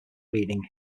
reading